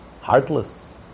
heartless